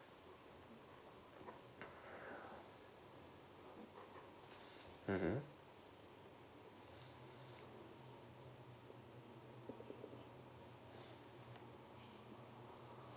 mmhmm